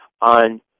On